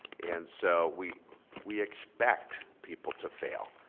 and so we we expect people to fail.